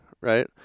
right